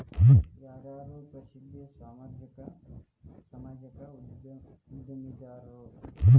ಯಾರ್ಯಾರು ಪ್ರಸಿದ್ಧ ಸಾಮಾಜಿಕ ಉದ್ಯಮಿದಾರರು